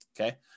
Okay